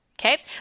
Okay